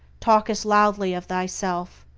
talkest loudly of thyself,